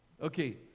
Okay